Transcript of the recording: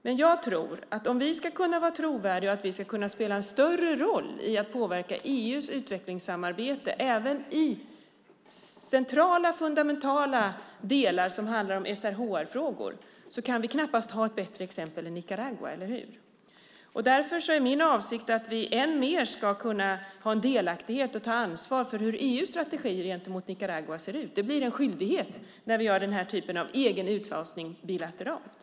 Men jag tror att om vi ska kunna vara trovärdiga och spela en större roll i att påverka EU:s utvecklingssamarbete även i centrala, fundamentala delar som handlar om SRHR-frågor kan vi knappast ha ett bättre exempel än Nicaragua, eller hur? Därför är det min avsikt att vi än mer ska kunna ha en delaktighet och ta ett ansvar för hur EU:s strategi gentemot Nicaragua ser ut. Det blir en skyldighet när vi gör den här typen av egen utfasning bilateralt.